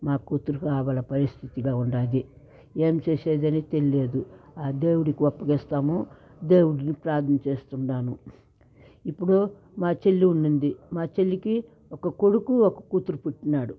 మా కూతురి గాబరా పరిస్థితిగా ఉంది ఏం చేసేది అని తెలియదు ఆ దేవుడికి అప్పగిస్తాము దేవుడికి ప్రార్ధన చేస్తుండాను ఇప్పుడు మా చెల్లి ఉండింది మా చెల్లికి ఒక కొడుకు ఒక కూతురు పుట్టినాడు